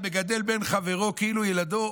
המגדל בן חברו כאילו ילדו.